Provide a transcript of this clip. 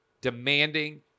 demanding